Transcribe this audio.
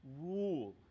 rule